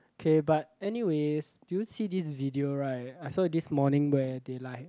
okay but anyways did you see this video right I saw it this morning where they like